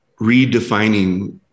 redefining